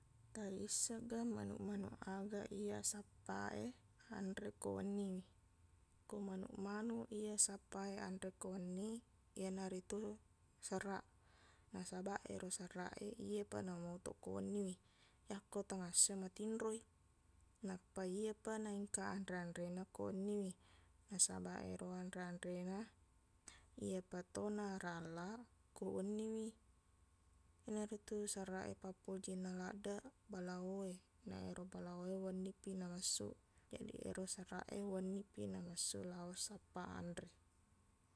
Taissegga manuq-manuq aga iya sappaq e anre ko wenniwi ko manuq-manuq iye sappaq e anre ko wenni iyanaritu serraq nasabaq ero serraq e iyepa namotoq ko wenniwi yakko tengasso i matinro i nappa iyepa naengka anre-anrena ko wenniwi nasabaq ero anre-anrena iyapato naralla ko wenniwi iyanaritu serraq e pappojinna laddeq balaowe na ero balaowe wennipi namessuq jaji ero serraq e wennipi namessuq lao sappaq anre